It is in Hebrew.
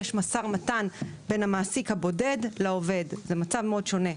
יש משא ומתן בין המעסיק הבודד לבין העובד; זה מצב מאוד שונה.